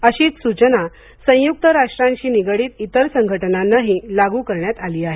अशीच सूचना संयुक्त राष्ट्रांशी निगडीत इतर संघटनांनाही लागू करण्यात आली आहे